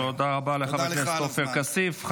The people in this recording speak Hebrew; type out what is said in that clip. תודה רבה לחבר הכנסת עופר כסיף.